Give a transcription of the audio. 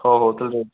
ହଉ ହଉ ତାହେଲେ